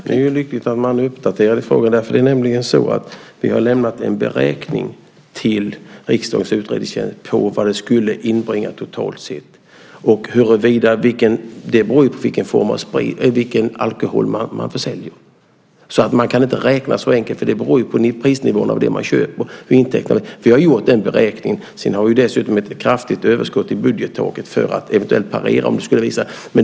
Fru talman! Det är riktigt att vi är uppdaterade i frågan. Vi har lämnat en beräkning till riksdagens utredningstjänst på vad det skulle inbringa totalt sett. Det beror på vilken alkohol som försäljs. Det är inte så enkelt att beräkna. Det beror på prisnivån på det som köps. Vi har gjort en beräkning. Sedan har vi dessutom ett kraftigt överskott i budgettaket.